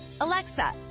Alexa